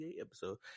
episode